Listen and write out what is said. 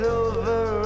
over